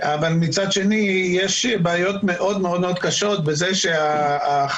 אבל מצד שני יש בעיות מאוד מאוד קשות בזה שהחייל,